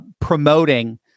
promoting